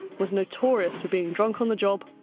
was notorious for being drunk on the job,